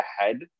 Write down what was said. ahead